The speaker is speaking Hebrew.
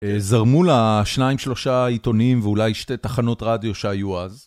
זרמו לה 2-3 עיתונים ואולי 2 תחנות רדיו שהיו אז.